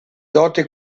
doti